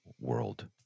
world